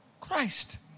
Christ